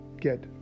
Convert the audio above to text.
Get